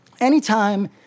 anytime